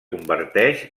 converteix